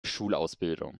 schulausbildung